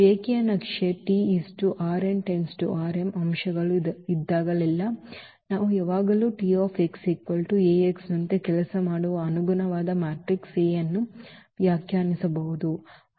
ರೇಖೀಯ ನಕ್ಷೆ ಅಂಶಗಳು ಇದ್ದಾಗಲೆಲ್ಲಾ ನಾವು ಯಾವಾಗಲೂ ನಂತೆ ಕೆಲಸ ಮಾಡುವ ಅನುಗುಣವಾದ ಮ್ಯಾಟ್ರಿಕ್ಸ್ A ಅನ್ನು ವ್ಯಾಖ್ಯಾನಿಸಬಹುದು